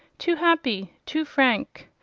too happy, too frank.